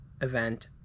event